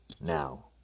now